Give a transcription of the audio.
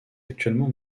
actuellement